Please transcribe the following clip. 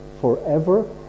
forever